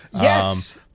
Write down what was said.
Yes